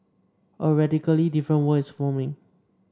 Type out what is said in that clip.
a radically different world is forming